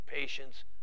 patience